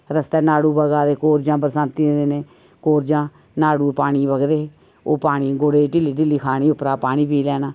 तस्तैं नाड़ू बगा दे कोर्जां बरसांती दे दिनें कोर्जां नाड़ू पानी बगदे हे ओह् पानी गुड़ै दी ढिल्ली ढिल्ली खानी ते उप्परा पानी पी लैना